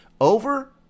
over